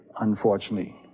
Unfortunately